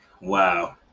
Wow